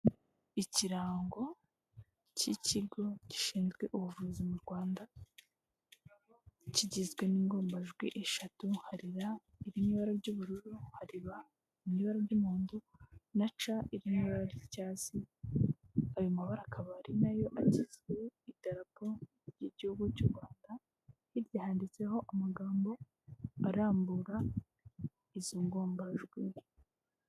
Ikirango cy'ikigo gishinzwe ubuvuzi mu Rwanda kigizwe n'ingombajwi eshatu hari R iri mu ibara ry'ubururu, hari B iri mu ibara ry'umuhondo, na C iri mu ibara ry'icyatsi. Ayo mabara akaba ari na yo agize idarapo ry'Igihugu cy'u Rwanda. Hirya handitseho amagambo arambura izo ngombajwi.